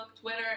Twitter